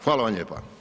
Hvala vam lijepa.